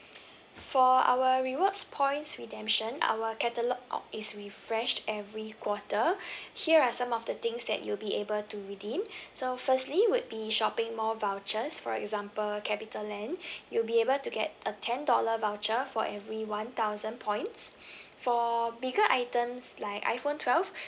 for our rewards points redemption our catalogue is refreshed every quarter here are some of the things that you'll be able to redeem so firstly would be shopping mall vouchers for example capitaland you'll be able to get a ten dollar voucher for every one thousand points for bigger items like iphone twelve